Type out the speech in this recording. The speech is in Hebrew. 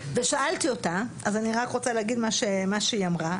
ושאלתי אותה, ואני רק רוצה להגיד מה שהיא אמרה.